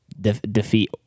defeat